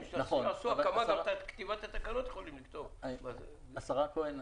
גם את כתיבת התקנות הם יכולים לכתוב --- השרה כהן,